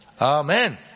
Amen